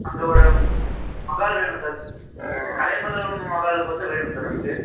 அங்கே ஒரு மஹால் வேணும் சார் கலைமகள் மஹாலுக்கு வந்து வேணுங்க சார் எனக்கு